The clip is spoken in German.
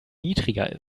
niedriger